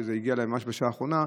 שהגיעה אליי ממש בשעה האחרונה,